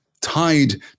tied